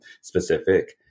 specific